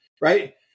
right